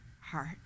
heart